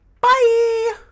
Bye